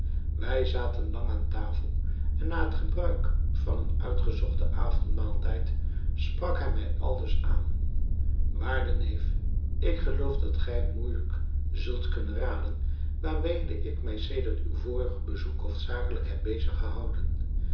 wij zaten lang aan tafel en na het gebruik van een uitgezochten avondmaaltijd sprak hij mij aldus aan waarde neef ik geloof dat gij moeijelijk zult kunnen raden waarmede ik mij sedert uw vorig bezoek hoofdzakelijk heb bezig gehouden